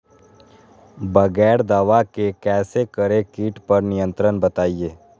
बगैर दवा के कैसे करें कीट पर नियंत्रण बताइए?